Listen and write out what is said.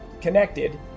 connected